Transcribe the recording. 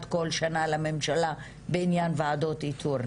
כל שנה לממשלה בעניין ועדות איתור.